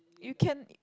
you can